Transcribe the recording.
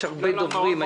יש הרבה דוברים.